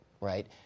Right